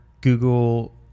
Google